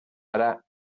ara